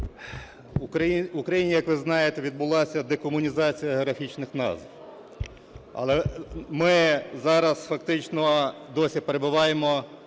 в Україні, як ви знаєте, відбулася декомунізація графічних назв. Але ми зараз фактично досі перебуваємо